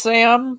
Sam